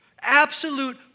Absolute